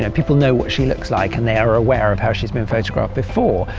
ah people know what she looks like, and they are aware of how she has been photographed before.